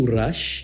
rush